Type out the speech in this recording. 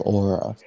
aura